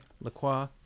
LaCroix